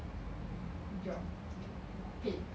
job pay